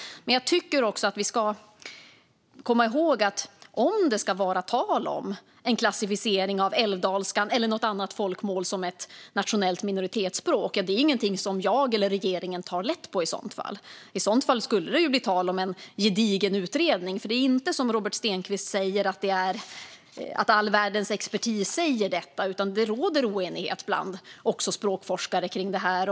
Men jag tycker att vi också ska komma ihåg att om det ska vara tal om en klassificering av älvdalska eller något annat folkmål som ett nationellt minoritetsspråk, ja, då är det inget som jag eller regeringen tar lätt på. I så fall skulle det bli tal om en gedigen utredning. Det är nämligen inte så att all världens expertis säger detta, som Robert Stenkvist säger, utan det råder oenighet också bland språkforskare om det här.